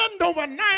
overnight